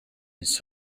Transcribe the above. his